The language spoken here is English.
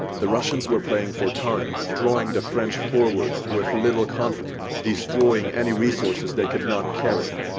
the russians were playing for time, drawing the french forward with little conflict, destroying any resources they could not carry.